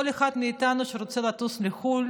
כל אחד מאיתנו שרוצה לטוס לחו"ל,